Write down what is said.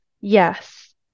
Yes